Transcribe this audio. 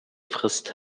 frisst